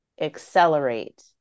accelerate